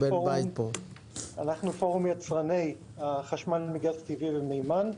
אנחנו פורום יצרני החשמל הפרטי מגז טבעי ומימן.